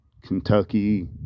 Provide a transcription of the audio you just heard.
Kentucky